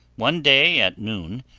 one day at noon,